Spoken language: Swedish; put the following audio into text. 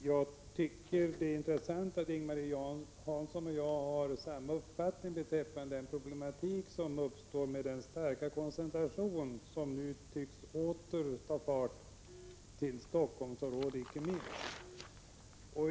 Fru talman! Det är intressant att Ing-Marie Hansson och jag har samma = 25 april 1986 uppfattning om problemen med den starka koncentrationen till Helsingforssområdet.